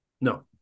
No